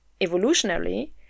evolutionarily